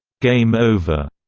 game over.